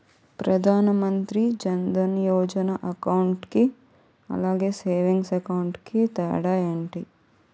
Pradhan Mantri Jan Dhan Yojana account కి అలాగే savings account కి తేడా ఏంటి?